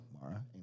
mara